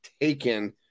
taken